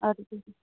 اَدٕ حظ